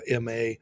MA